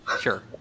Sure